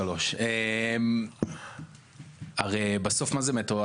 הרי בסוף מה זה מטרו?